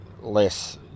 less